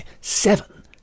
seven